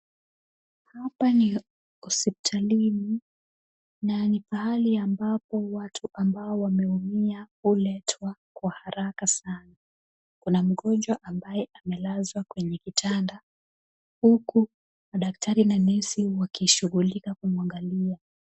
Hapa ni hospitalini na ni pahali ambapo watu ambao wameumia huletwa kwa haraka sana. Kuna mgonjwa ambaye amelazwa kwenye kitanda huku madaktari na nesi wakishughulika kumwangalia.